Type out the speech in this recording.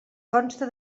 consta